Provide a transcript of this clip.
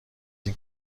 این